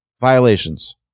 Violations